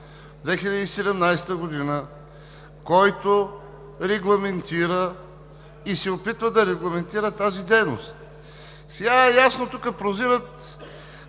2017 г., който регламентира и се опитва да регламентира тази дейност. Сега е ясно – тук прозират